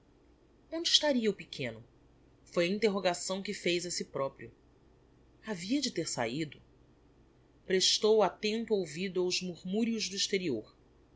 onde estaria o pequeno foi a interrogação que fez a si proprio havia de ter saido prestou attento ouvido aos murmurios do exterior